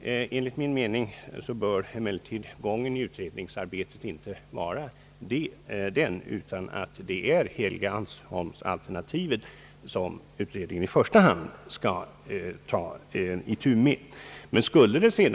Enligt min mening bör emellertid gången i utredningsarbetet inte vara den, utan utredningen bör i första hand ta itu med Helgeandsholmsalternativet.